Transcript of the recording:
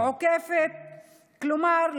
כלומר,